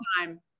time